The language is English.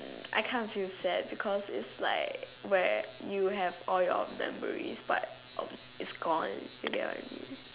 mm I kind of feel sad because its like where you have all your memories but um it's gone you get what I mean